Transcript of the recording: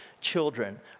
children